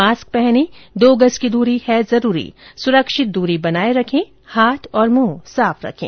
mask पहनें दो गज की दूरी है जरूरी सुरक्षित दूरी बनाए रखें हाथ और मुंह साफ रखें